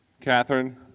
Catherine